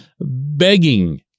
begging